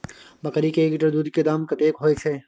बकरी के एक लीटर दूध के दाम कतेक होय छै?